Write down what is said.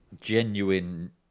genuine